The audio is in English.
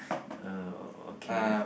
uh okay